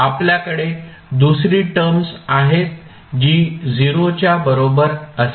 आपल्याकडे दुसरी टर्मस् आहे जी 0 च्या बरोबर असेल